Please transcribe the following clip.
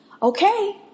Okay